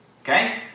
okay